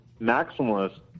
maximalist